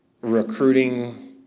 recruiting